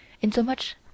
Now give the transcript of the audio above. insomuch